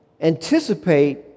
anticipate